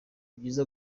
byiza